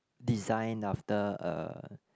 designed after a